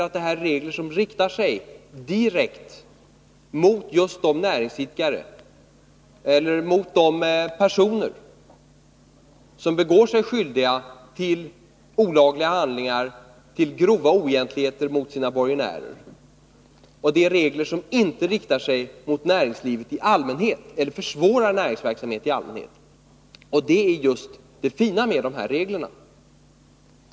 Detta är regler som riktar sig direkt mot just de näringsidkare eller de personer som gör sig skyldiga till olagliga handlingar, till grova oegentligheter, mot sina borgenärer. Det är regler som inte riktar sig mot näringslivet i allmänhet eller generellt försvårar näringsverksamhet, och detta är just det fina med de här reglerna.